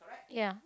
yeah